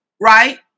right